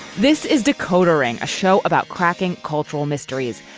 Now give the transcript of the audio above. this is decoder ring. a show about cracking cultural mysteries.